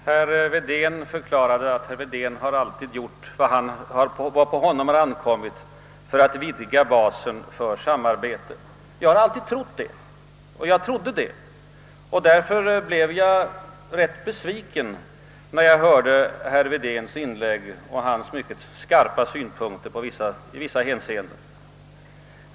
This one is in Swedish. Herr talman! Herr Wedén förklarade, att han alltid har gjort vad på honom ankommer för att vidga basen för samarbete. Jag har alltid trott det och jag trodde det även nu, och därför blev jag besviken när jag hörde herr Wedéns inlägg och hans mycket skarpa synpunkter i vissa hänseenden.